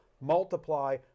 multiply